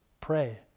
Pray